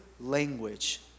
language